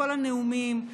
בכל הנאומים.